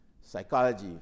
psychology